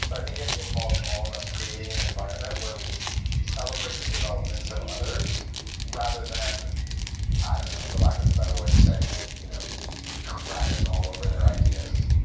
so i think it involves all of us creating an environment where we celebrate the developments of others rather than i don't know for lack of a better way of saying it, you know crapping all over their ideas.